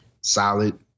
solid